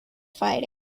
fighting